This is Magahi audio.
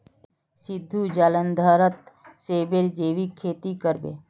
सिद्धू जालंधरत सेबेर जैविक खेती कर बे